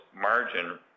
margin